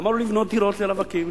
למה לא לבנות דירות לרווקים?